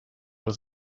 was